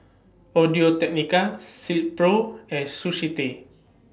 Audio Technica Silkpro and Sushi Tei